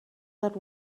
that